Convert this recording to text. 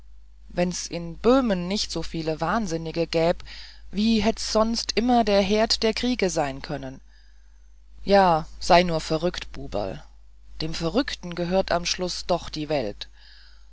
wenn's in böhmen nicht so viele wahnsinnige gäb wie hätt's sonst immer der herd der krieg sein können ja sei nur verrückt buberl dem verrückten gehört am schluß doch die welt